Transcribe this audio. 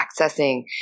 accessing